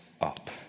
up